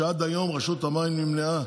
שעד היום רשות המים נמנעה